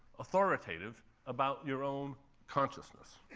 authoritative about your own consciousness.